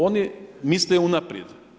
Oni misle unaprijed.